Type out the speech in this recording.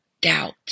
doubt